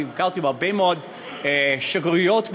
נתקלתי בהרבה מאוד שגרירויות בעולם,